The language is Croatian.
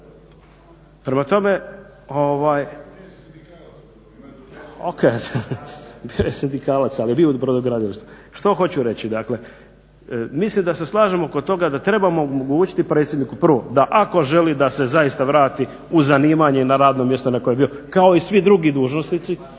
Prema tome ova